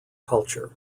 culture